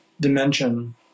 dimension